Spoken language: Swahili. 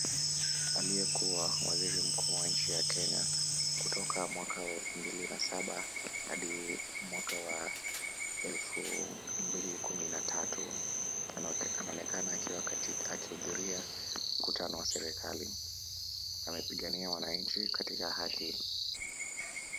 Aliyekuwa waziri mkuu wa nchi ya Kenya kutoka mwaka wa elfu mbili na saba hadi mwaka wa elfu mbili kumi na tatu anaonekana akiwa katika akihudhuria mkutano wa serikali. Amepigania wananchi katika haki.